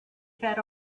fed